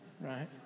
right